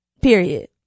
Period